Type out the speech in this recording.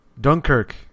Dunkirk